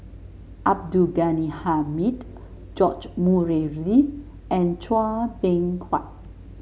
Abdul Ghani Hamid George Murray Reith and Chua Beng Huat